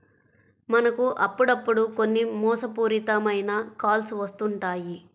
మనకు అప్పుడప్పుడు కొన్ని మోసపూరిత మైన కాల్స్ వస్తుంటాయి